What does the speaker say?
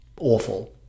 awful